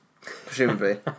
Presumably